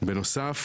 בנוסף